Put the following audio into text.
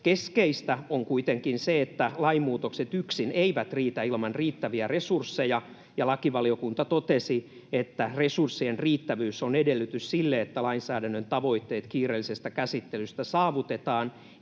Keskeistä on kuitenkin se, että lainmuutokset yksin eivät riitä ilman riittäviä resursseja, ja lakivaliokunta totesi, että resurssien riittävyys on edellytys sille, että lainsäädännön tavoitteet kiireellisestä käsittelystä saavutetaan